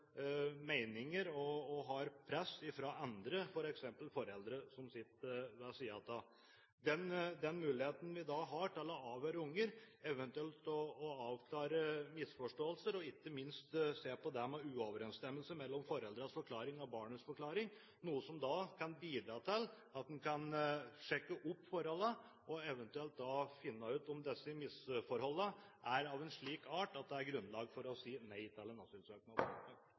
og press fra andre, f.eks. foreldre som sitter ved siden av dem. Den muligheten vi da har til å avhøre unger, eventuelt avklare misforståelser og ikke minst se på det med uoverensstemmelse mellom foreldrenes forklaring og barnets forklaring, kan bidra til at man kan sjekke dette og finne ut om eventuelle misforhold er av en slik art at det er grunnlag for å si nei til en